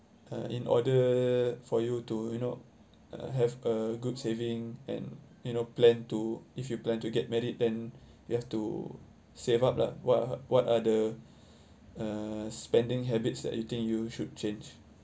uh in order for you to you know uh have a good saving and you know plan to if you plan to get married then you have to save up lah what what are the uh spending habits that you think you should change